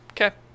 okay